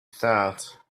thought